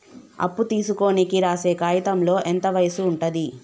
అప్పు తీసుకోనికి రాసే కాయితంలో ఎంత వయసు ఉంటది?